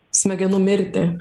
smegenų mirtį